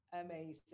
amazing